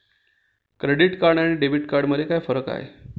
Credit card आणि debit card यामध्ये काय फरक आहे?